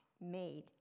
made